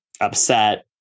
upset